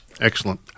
Excellent